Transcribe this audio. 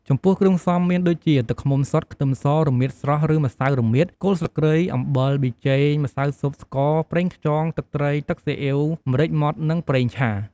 ចំពោះគ្រឿងផ្សំមានដូចជាទឹកឃ្មុំសុទ្ធ ខ្ទឹមស រមៀតស្រស់ឬម្សៅរមៀត គល់ស្លឹកគ្រៃ អំបិល ប៊ីចេង ម្សៅស៊ុប ស្ករប្រេងខ្យងទឹកត្រី ទឹកស៊ីអ៉ីវ ម្រេចម៉ដ្ឋ និងប្រេងឆា។